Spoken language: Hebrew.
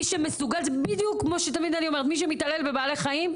זה בדיוק כמו שאני אומרת שמי שמתעלל בבעלי חיים,